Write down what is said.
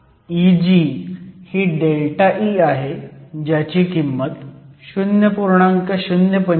Eg ही ΔE आहे ज्याची किंमत 0